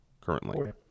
currently